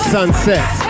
Sunset